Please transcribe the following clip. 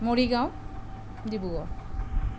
Morigaon Dibrugarh